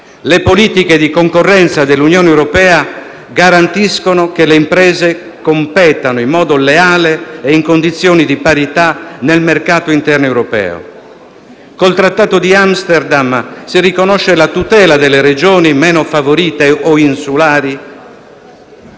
le politiche di concorrenza dell'Unione europea garantiscono che le imprese competano in modo leale e in condizioni di parità nel mercato interno europeo. Con il Trattato di Amsterdam si riconosce la tutela delle regioni meno favorite o insulari.